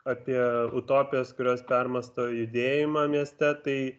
apie utopijas kurios permąsto judėjimą mieste tai